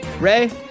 Ray